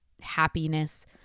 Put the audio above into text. happiness